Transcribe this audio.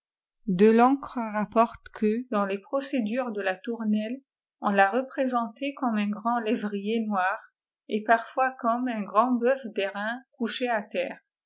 janus dèlancre rapporte que dans les procédures de la tournelle on î'a réprésenté comme un grand lévrier noir et parfois comme un grand bœuf d'airain couché à terre